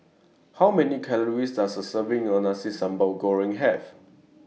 How Many Calories Does A Serving of Nasi Sambal Goreng Have